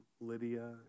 Lydia